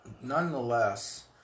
Nonetheless